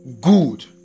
good